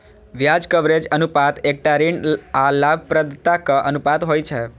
ब्याज कवरेज अनुपात एकटा ऋण आ लाभप्रदताक अनुपात होइ छै